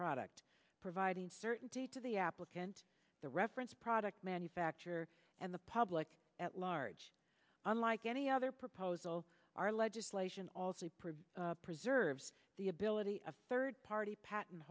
product providing certainty to the applicant the reference product manufacture and the public at large unlike any other proposal our legislation all sleep preserves the ability of third party pat